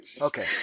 okay